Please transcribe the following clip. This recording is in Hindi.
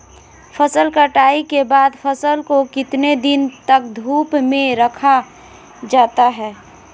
फसल कटाई के बाद फ़सल को कितने दिन तक धूप में रखा जाता है?